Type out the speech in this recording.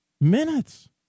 minutes